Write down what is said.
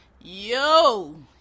yo